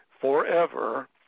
forever